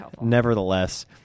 nevertheless